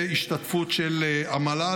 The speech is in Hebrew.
בהשתתפות של המל"ל,